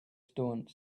stone